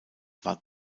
war